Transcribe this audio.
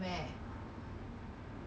要出去就出去